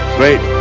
great